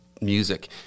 music